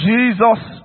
Jesus